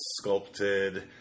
sculpted